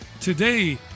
today